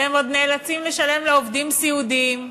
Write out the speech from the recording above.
והם עוד נאלצים לשלם לעובדים סיעודיים?